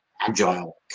agile